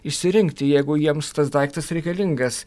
išsirinkti jeigu jiems tas daiktas reikalingas